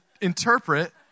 interpret